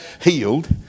healed